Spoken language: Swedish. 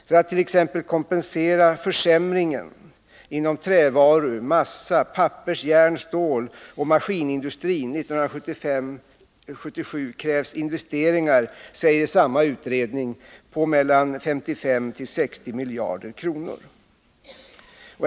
För att t.ex. kompensera försämringen under perioden 1975-1977 inom trävaru-, massa-, pappers-, järn-, ståloch maskinindustrin krävs enligt samma undersökning investeringar på 55-60 miljarder kronor.